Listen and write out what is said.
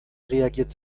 reagiert